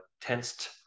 tensed